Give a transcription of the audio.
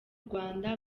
rwanda